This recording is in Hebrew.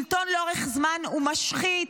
שלטון לאורך זמן הוא משחית,